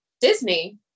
Disney